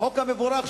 החוק המבורך,